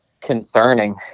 concerning